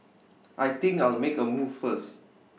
I think I'll make A move first